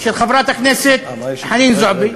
של חברת הכנסת חנין זועבי,